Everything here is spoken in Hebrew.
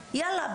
יאללה,